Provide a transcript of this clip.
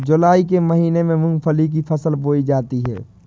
जूलाई के महीने में मूंगफली की फसल बोई जाती है